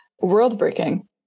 world-breaking